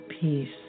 peace